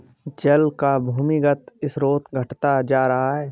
जल का भूमिगत स्रोत घटता जा रहा है